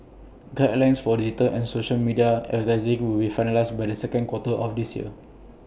guidelines for digital and social media advertising will be finalised by the second quarter of this year